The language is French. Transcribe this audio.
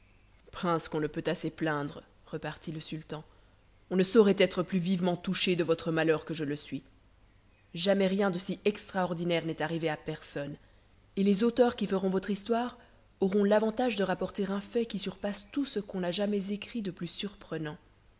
prince qu'on ne peut assez plaindre repartit le sultan on ne saurait être plus vivement touché de votre malheur que je le suis jamais rien de si extraordinaire n'est arrivé à personne et les auteurs qui feront votre histoire auront l'avantage de rapporter un fait qui surpasse tout ce qu'on a jamais écrit de plus surprenant